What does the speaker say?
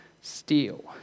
steal